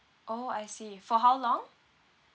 orh I see for how long